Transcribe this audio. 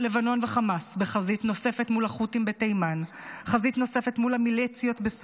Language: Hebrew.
לבנון וחמאס ובחזית נוספת מול החות'ים בתימן,